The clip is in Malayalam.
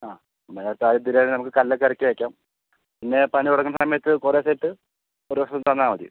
ആ അൻപതിനായിറാം ഉറുപ്പിക ആദ്യം തരുവാണെങ്കിൽ നമുക്ക് കല്ലൊക്കെ ഇറക്കി വെക്കാം പിന്നെ പണി തുടങ്ങുന്ന സമയത്ത് കുറച്ചായിട്ട് ഒരു ദിവസം തന്നാൽ മതി